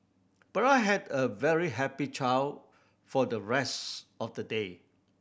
but I had a very happy child for the rest of the day